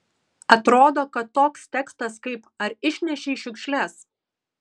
atrodo kad toks tekstas kaip ar išnešei šiukšles